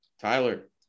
Tyler